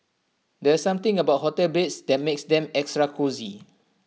there's something about hotel beds that makes them extra cosy